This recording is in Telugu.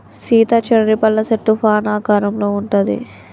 సీత చెర్రీ పళ్ళ సెట్టు ఫాన్ ఆకారంలో ఉంటది